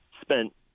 Spent